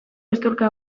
eztulka